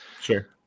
sure